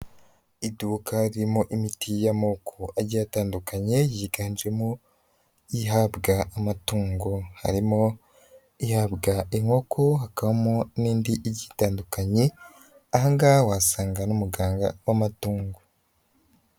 Iduka ririmo imiti y'amoko agiye atandukanye yiganjemo ihabwa amatungo, harimo ihabwa inkoko hakabamo n'indi igiye itandukanye, aha ngaha wasangamo n'umuganga w'amatungo.